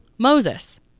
Moses